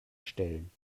stellen